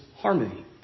harmony